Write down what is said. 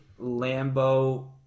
Lambo